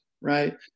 right